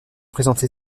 présenté